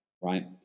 right